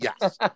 Yes